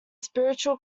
spiritual